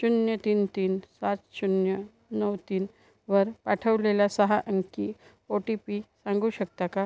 शून्य तीन तीन सात शून्य नऊ तीन वर पाठवलेला सहा अंकी ओ टी पी सांगू शकता का